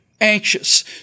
anxious